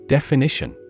Definition